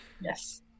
yes